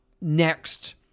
next